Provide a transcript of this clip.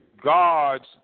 God's